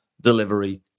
delivery